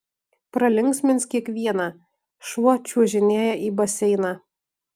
pralinksmins kiekvieną šuo čiuožinėja į baseiną